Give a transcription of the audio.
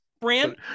brand